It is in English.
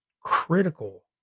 critical